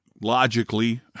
logically